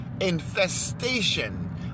infestation